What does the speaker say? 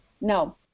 no